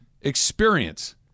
Experience